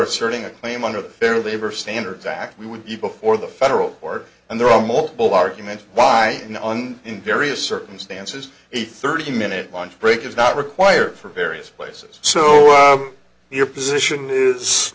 asserting a claim under the fair labor standards act we would be before the federal court and there are multiple arguments why on in various circumstances a thirty minute lunch break is not required for various places so your position is